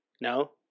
no